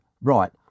Right